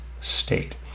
state